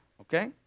Okay